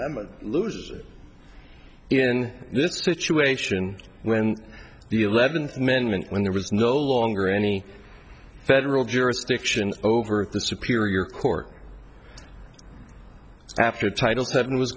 amendment lose in this situation when the eleventh men win when there was no longer any federal jurisdiction over the superior court after titles that was